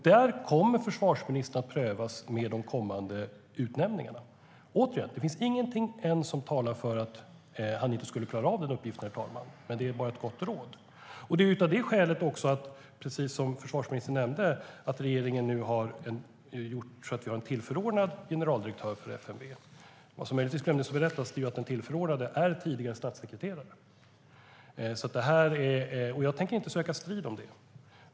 Där kommer försvarsministern att prövas i och med de kommande utnämningarna. Återigen: Det finns ännu ingenting som talar för att han inte skulle klara av den uppgiften, herr talman. Det är bara ett gott råd. Som försvarsministern nämnde har regeringen nu gjort så att vi har en tillförordnad generaldirektör för FMV. Vad som möjligtvis glömdes att berätta är att den tillförordnade generaldirektören är tidigare statssekreterare. Jag tänker inte söka strid om det.